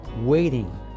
waiting